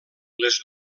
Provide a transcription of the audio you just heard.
les